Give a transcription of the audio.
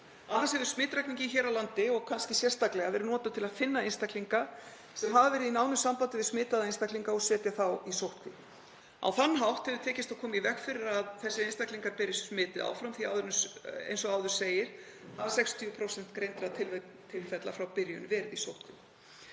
hefur smitrakning hér á landi kannski sérstaklega verið notuð til að finna einstaklinga sem hafa verið í nánu sambandi við smitaða einstaklinga og setja þá í sóttkví. Á þann hátt hefur tekist að koma í veg fyrir að þeir einstaklingar beri smitið áfram því eins og áður segir hafa 60% greindra tilfella frá byrjun verið í sóttkví.